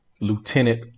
Lieutenant